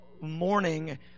morning